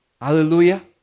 Hallelujah